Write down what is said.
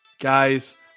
Guys